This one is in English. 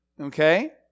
okay